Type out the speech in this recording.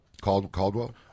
Caldwell